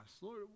Lord